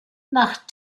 nach